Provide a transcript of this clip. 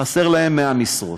חסרות להם 100 משרות.